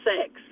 sex